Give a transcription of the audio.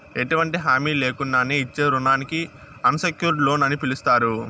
ఎటువంటి హామీ లేకున్నానే ఇచ్చే రుణానికి అన్సెక్యూర్డ్ లోన్ అని పిలస్తారు